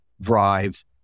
drive